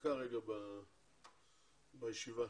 הפסקה בישיבה.